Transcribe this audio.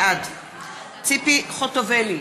בעד ציפי חוטובלי,